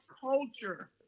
culture